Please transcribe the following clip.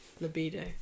libido